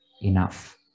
enough